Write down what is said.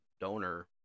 donor